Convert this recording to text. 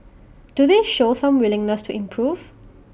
do they show some willingness to improve